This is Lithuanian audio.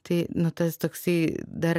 tai nu tas toksai dar